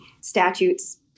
statute's